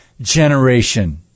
generation